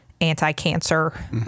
anti-cancer